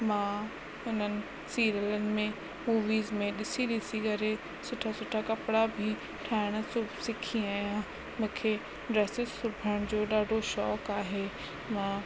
मां उन्हनि सीरियलनि में मूविज़ में ॾिसी ॾिसी करे सुठा सुठा कपिड़ा बि ठाहिण सु सिखी आहियां मूंखे ड्रेसिस सिबण जो ॾाढो शौंक़ु आहे मां